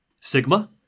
Sigma